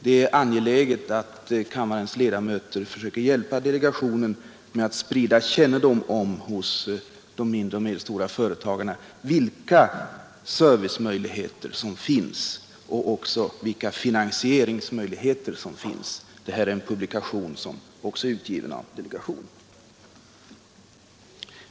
Det är angeläget att kammarens ledamöter försöker hjälpa delegationen med att hos de mindre och medelstora företagarna sprida kännedom om broschyrerna och vilka servicemöjligheter som finns och också vilka finansieringsmöjligheter som finns.